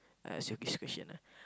I ask you this question ah